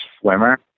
swimmer